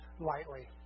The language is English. lightly